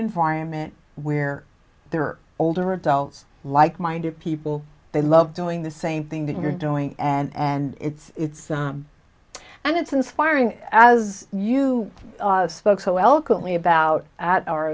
environment where there are older adults like minded people they love doing the same thing that you're doing and it's it's and it's inspiring as you spoke so eloquently about at our